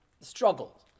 struggle